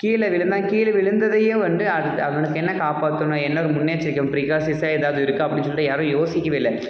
கீழே விலுந்தான் கீழே விழுந்ததையும் வந்து அதுக்கு அவனுக்கு என்ன காப்பாற்றணும் என்ன ஒரு முன்னெச்சரிக்கை பிரிகாசிஸாக ஏதாவது இருக்கா அப்படின்னு சொல்லிட்டு யாரும் யோசிக்கவே இல்லை